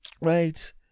right